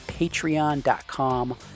Patreon.com